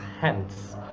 hence